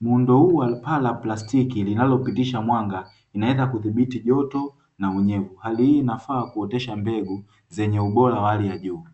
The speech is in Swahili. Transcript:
muundo huu wa paa la plastiki linalopitisha mwanga linaenda kudhibiti joto na unyevu hali hii inafaa kuotesha mbegu zenye ubora wa hali ya juu.